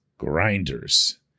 Grinders